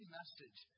message